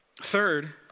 Third